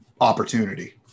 opportunity